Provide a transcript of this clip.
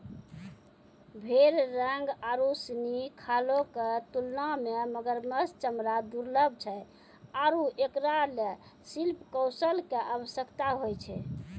भेड़ रंग आरु सिनी खालो क तुलना म मगरमच्छ चमड़ा दुर्लभ छै आरु एकरा ल शिल्प कौशल कॅ आवश्यकता होय छै